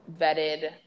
vetted